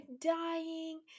dying